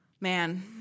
Man